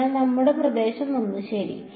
അതിനാൽ നമ്മുടെ പ്രദേശം 1 ശരി